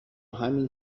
همین